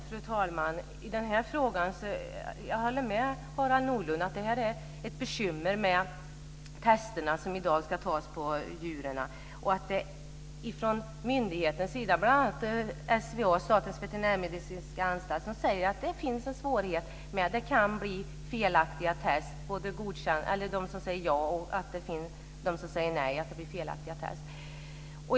Fru talman! Jag håller med Harald Nordlund om att det är ett bekymmer med testerna som tas på djuren. Bl.a. säger Statens veterinärmedicinska anstalt att det finns svårigheter här. Det kan bli felaktiga svar, både positiva och negativa.